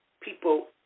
people